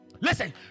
Listen